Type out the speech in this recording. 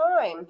time